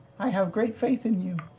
i have great faith in you,